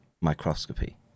microscopy